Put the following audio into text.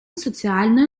соціальної